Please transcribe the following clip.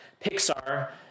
Pixar